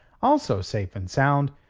also safe and sound,